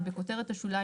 בכותרת השוליים,